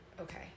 Okay